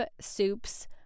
soups